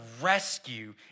rescue